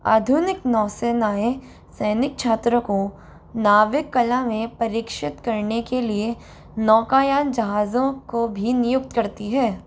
आधुनिक नौसेनाएँ सैनिक छात्रों को नाविक कला में परीक्षित करने के लिए नौकायान जहाज़ों को भी नियुक्त करती है